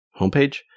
homepage